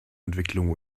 entwicklung